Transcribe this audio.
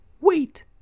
Wait